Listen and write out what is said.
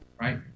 Right